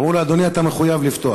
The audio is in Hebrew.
אמרו לו: אדוני, אתה מחויב לפתוח.